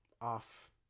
off